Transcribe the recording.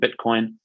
Bitcoin